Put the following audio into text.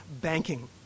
banking